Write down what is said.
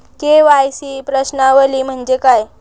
KYC प्रश्नावली म्हणजे काय?